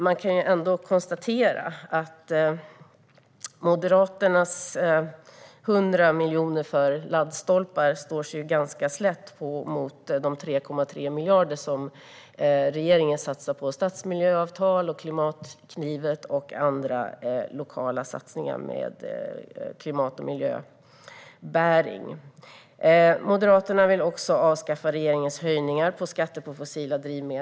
Man kan ändå konstatera att Moderaternas 100 miljoner för laddstolpar står sig ganska slätt mot de 3,3 miljarder som regeringen satsar på stadsmiljöavtal, Klimatklivet och andra lokala satsningar med bäring på klimat och miljö. Moderaterna vill också avskaffa regeringens höjningar av skatter på fossila drivmedel.